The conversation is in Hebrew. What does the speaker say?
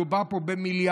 מדובר פה במיליארדים.